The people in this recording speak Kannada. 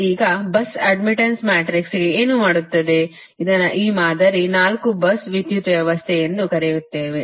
ಈಗ bus ಅಡ್ಡ್ಮಿಟ್ಟನ್ಸ್ ಮ್ಯಾಟ್ರಿಕ್ಸ್ಗೆ ಏನು ಮಾಡುತ್ತದೆ ಇದನ್ನು ಈ ಮಾದರಿ 4 bus ವಿದ್ಯುತ್ ವ್ಯವಸ್ಥೆ ಎಂದು ಕರೆಯುತ್ತೇವೆ